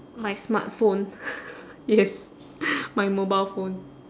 my smartphone yes my mobile phone